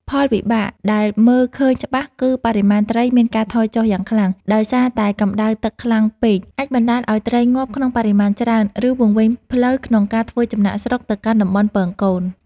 ផលវិបាកដែលមើលឃើញច្បាស់គឺបរិមាណត្រីមានការថយចុះយ៉ាងខ្លាំង ដោយសារតែកម្ដៅទឹកខ្លាំងពេកអាចបណ្ដាលឱ្យត្រីងាប់ក្នុងបរិមាណច្រើន ឬវង្វេងផ្លូវក្នុងការធ្វើចំណាកស្រុកទៅកាន់តំបន់ពងកូន។